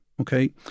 Okay